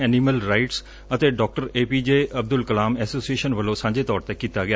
animal rights ਅਤੇ doctor A P J Abdul Kalam association ਵੱਲੋਂ ਸਾਂਝੇ ਤੌਰ ਤੇ ਕੀਤਾ ਗਿਆ